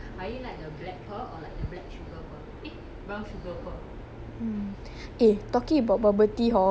eh talking about bubble tea hor you got hear about Playmade I heard damn good eh I want try one day you got try